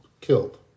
killed